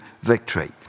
victory